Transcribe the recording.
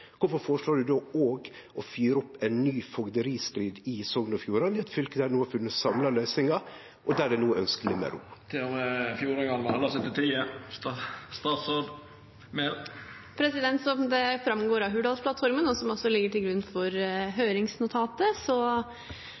Kvifor føreslår ho då å fyre opp ein ny fogderistrid i Sogn og Fjordane, i eit fylke der ein no har funne samla løysingar, og der ein no ønskjer litt meir ro. Til og med fjordingane må halda seg til tida. Som det framgår av Hurdalsplattformen, og som også ligger til grunn for